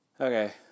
okay